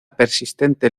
persistente